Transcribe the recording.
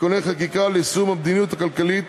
(תיקוני חקיקה ליישום המדיניות הכלכלית